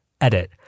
Edit